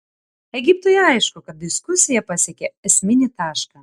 egiptui aišku kad diskusija pasiekė esminį tašką